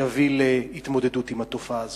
שיביאו להתמודדות עם התופעה הזאת.